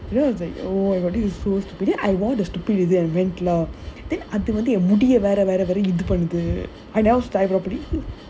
you know I was like oh my god this is so stupid then I wore the stupid முடிய வேற இது பண்ணுது:mudiya vera idhu pannuthu